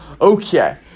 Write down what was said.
Okay